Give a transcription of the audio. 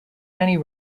many